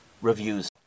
reviews